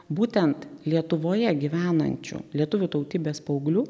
būtent lietuvoje gyvenančių lietuvių tautybės paauglių